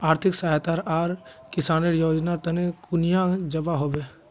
आर्थिक सहायता आर किसानेर योजना तने कुनियाँ जबा होबे?